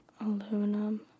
Aluminum